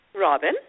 Robin